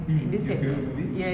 mm your favourite movie